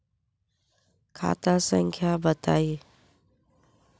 खाता संख्या बताई?